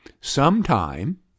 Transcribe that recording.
sometime